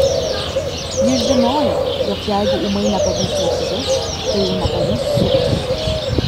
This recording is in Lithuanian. jis žinojo jog jeigu ūmai nepavys lietuvius tai jau nepavys suvis